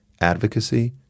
advocacy